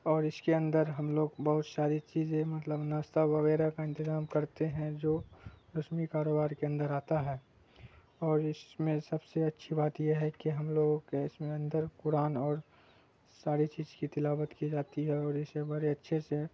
اور اس کے اندر ہم لوگ بہت ساری چیزیں مطلب ناشتہ وغیرہ کا انتظام کرتے ہیں جو رسمی کاروبار کے اندر آتا ہے اور اس میں سب سے اچھی بات یہ ہے کہ ہم لوگوں کے اس میں اندر قرآن اور ساری چیز کی تلاوت کی جاتی ہے اور اسے بڑے اچھے سے